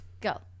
go